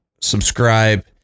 subscribe